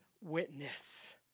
witness